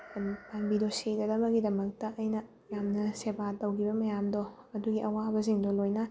ꯄꯥꯝꯕꯤꯗꯣ ꯁꯤꯒꯗꯕꯒꯤꯗꯃꯛꯇ ꯑꯩꯅ ꯌꯥꯝꯅ ꯁꯦꯕꯥ ꯇꯧꯈꯤꯕ ꯃꯌꯥꯝꯗꯣ ꯑꯗꯨꯒꯤ ꯑꯋꯥꯕꯁꯤꯡꯗꯣ ꯂꯣꯏꯅ